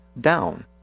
down